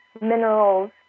minerals